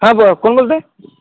हां बुवा कोण बोलत आहे